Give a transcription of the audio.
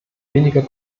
weniger